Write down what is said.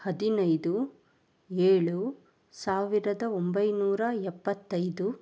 ಹದಿನೈದು ಏಳು ಸಾವಿರದ ಒಂಬೈನೂರ ಎಪ್ಪತ್ತೈದು